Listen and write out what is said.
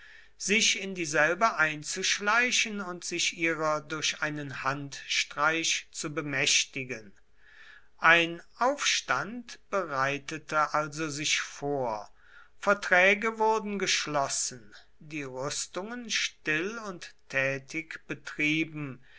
sich in dieselbe einzuschleichen und sich ihrer durch einen handstreich zu bemächtigen ein aufstand bereitete also sich vor verträge wurden geschlossen die rüstungen still und tätig betrieben